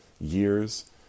years